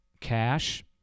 cash